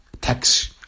tax